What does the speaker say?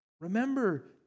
remember